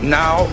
now